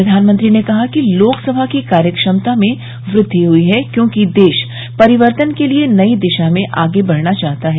प्रधानमंत्री ने कहा कि लोकसभा की कार्य क्षमता में वृद्धि हुई है क्योंकि देश परिवर्तन के लिए नई दिशा में बढ़ना चाहता है